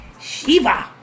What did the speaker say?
Shiva